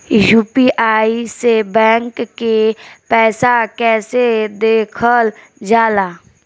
UPI से bank के पैसा कैसे देखल जाला?